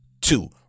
two